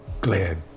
glad